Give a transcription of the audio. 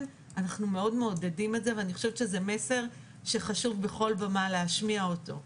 אנחנו מאוד מעודדים את זה ואני חושבת שזה מסר שחשוב בכל במה להשמיע אותו.